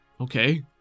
Okay